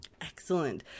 Excellent